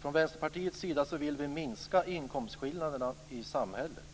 Från Vänsterpartiets sida vill vi minska inkomstskillnaderna i samhället.